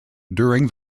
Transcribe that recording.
during